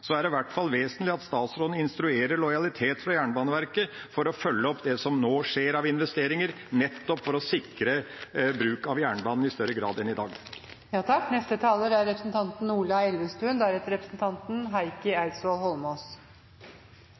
så alt ligger til rette for at en nå kan gjøre det. Når forslaget fra Arbeiderpartiet og Senterpartiet ikke blir vedtatt, er det i hvert fall vesentlig at statsråden instruerer om lojalitet fra Jernbaneverket for å følge opp det som nå skjer av investeringer, nettopp for å sikre bruk av jernbanen i større grad enn i